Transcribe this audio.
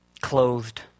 clothed